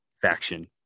faction